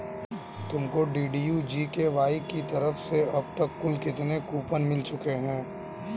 तुमको DDU GKY की तरफ से अब तक कुल कितने कूपन मिल चुके हैं?